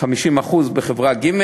50% בחברה ג',